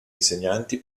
insegnanti